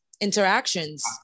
interactions